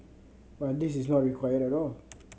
but this is not required at all